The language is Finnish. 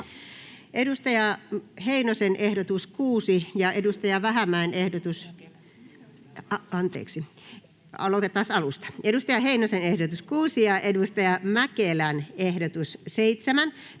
Timo Heinosen ehdotus 6 ja Jani Mäkelän ehdotus 7